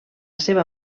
seva